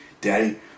Daddy